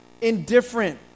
indifferent